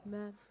Amen